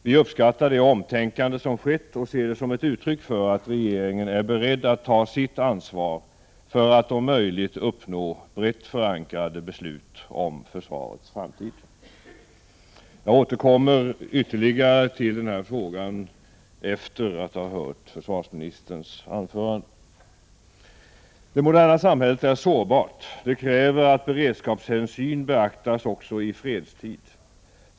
Vi uppskattar det omtänkande som skett och ser det som ett uttryck för att regeringen är beredd att ta sitt ansvar för att om möjligt uppnå brett förankrade beslut om försvarets framtid. Jag återkommer till frågan efter att ha hört försvarsministerns anförande. Det moderna samhället är sårbart, det kräver att beredskapshänsyn tas också i fredstid.